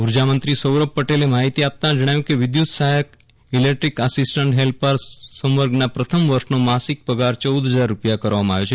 ઉર્જા મંત્રી સૌરભ પટેલે માહિતી આપતા જજ્ઞાવ્યું કે વિદ્યુત સહાયક ઇલેક્ટ્રીક આસીસ્ટન્ટ હેલ્પર સંવર્ગના પ્રથમ વર્ષનો માસિક પગાર ચૌદ હજાર રૂપિયા કરવામાં આવ્યો છે